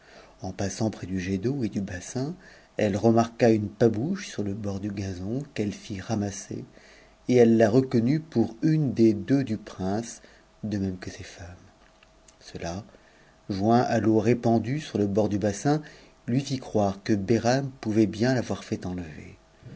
en passant près du jet d'eau et du bassin elle rou une pabouchc sur e bord du txon m'ehe fit ramasse c in connut pour une des deux du prince de même que ses femmes cela f à l'eau répandue sur le bord du bassin lui fit croire que behram onrr t bien t'avoir fait enlever